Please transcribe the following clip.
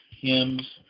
hymns